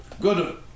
good